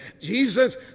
Jesus